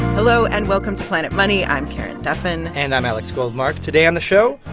hello, and welcome to planet money. i'm karen duffin and i'm alex goldmark. today on the show,